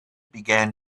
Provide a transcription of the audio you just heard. began